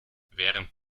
während